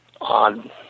odd